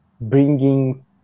bringing